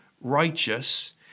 righteous